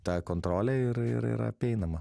ta kontrolė ir ir ir yra apeinama